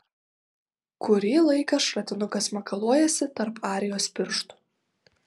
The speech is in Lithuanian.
kurį laiką šratinukas makaluojasi tarp arijos pirštų